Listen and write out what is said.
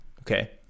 okay